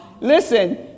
listen